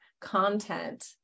content